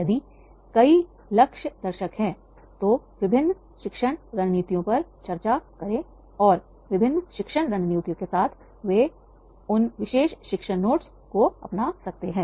यदि कई लक्ष्य दर्शक हैं तो विभिन्न शिक्षण रणनीतियों पर चर्चा करें और विभिन्न शिक्षण रणनीतियों के साथ वे उन विशेष शिक्षण नोट्स को अपना सकते हैं